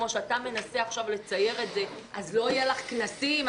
כפי שאתה מנסה עכשיו לצייר: אז לא יהיו לך כנסים.